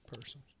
person